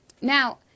Now